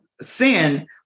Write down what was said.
sin